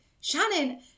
Shannon